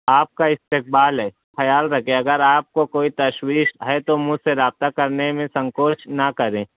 آپ کا اسقبال ہے خیال رکھیں اگر آپ کو کوئی تشویش ہے تو مجھ سے رابطہ کرنے میں سنکوچ نہ کریں